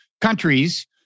countries